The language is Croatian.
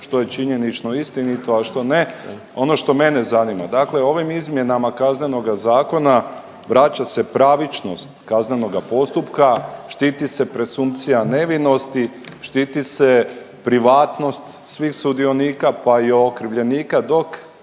što je činjenično istinito, a što ne. Ono što mene zanima, dakle ovim izmjenama Kaznenoga zakona vraća se pravičnost kaznenoga postupka, štiti se presumpcija nevinosti, štiti se privatnost svih sudionika, pa i okrivljenika dok